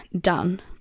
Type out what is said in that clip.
done